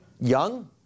young